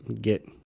get